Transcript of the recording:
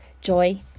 joy